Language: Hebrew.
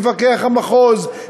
מפקח המחוז,